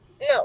No